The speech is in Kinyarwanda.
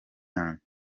yanjye